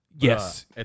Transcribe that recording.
Yes